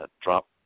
drop